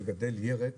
לגדל ירק